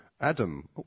Adam